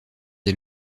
des